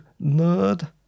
nerd